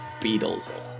beatles